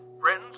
Friends